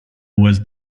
was